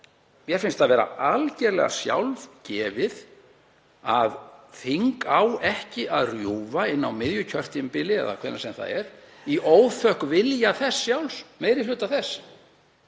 Mér finnst það vera algerlega sjálfgefið að þing á ekki að rjúfa á miðju kjörtímabili, eða hvenær sem það er, í óþökk vilja þess sjálfs, meiri hluta þess.